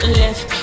left